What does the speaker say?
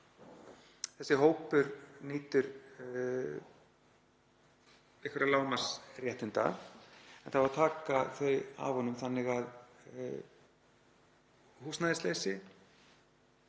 þessi hópur nýtur einhverra lágmarksréttinda. En það á að taka þau af honum þannig að húsnæðisleysi,